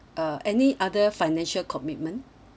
uh any other financial commitment